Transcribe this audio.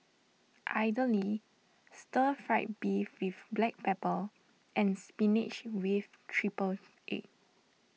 Idly Stir Fried Beef with Black Pepper and Spinach with Triple Egg